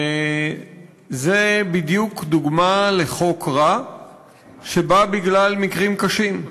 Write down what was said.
וזו בדיוק דוגמה לחוק רע שבא בגלל מקרים קשים.